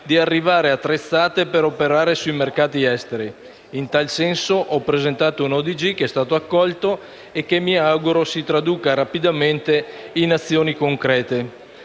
di arrivare attrezzate per operare sui mercati esteri. In tal senso, ho presentato un ordine del giorno, che è stato accolto e che mi auguro si traduca rapidamente in azioni concrete.